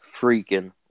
freaking